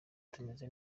tumeze